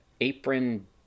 apron